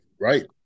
Right